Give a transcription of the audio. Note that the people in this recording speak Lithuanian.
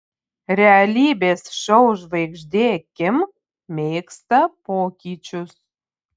realybės šou žvaigždė kim mėgsta pokyčius